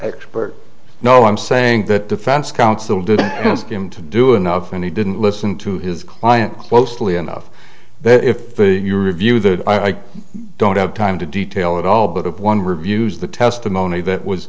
expert no i'm saying that defense counsel didn't do enough and he didn't listen to his client closely enough that if you review that i don't have time to detail it all but one reviews the testimony that was